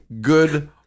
good